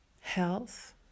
health